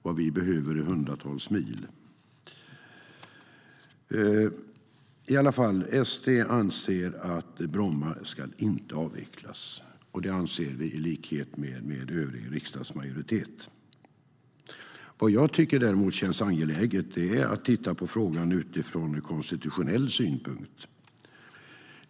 Vad vi behöver är hundratals mil. Sverigedemokraterna anser att Bromma inte ska avvecklas, och det anser vi i likhet med övrig riksdagsmajoritet. Vad som däremot känns angeläget är att titta på frågan utifrån konstitutionell synpunkt.